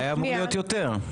היה אמור להיות יותר,